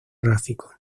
gráfico